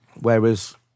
Whereas